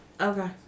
Okay